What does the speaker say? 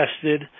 tested